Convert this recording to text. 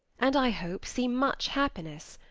and i hope see much happiness.